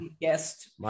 Guest